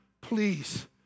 Please